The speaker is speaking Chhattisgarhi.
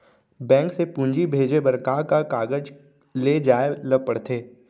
बैंक से पूंजी भेजे बर का का कागज ले जाये ल पड़थे?